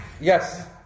Yes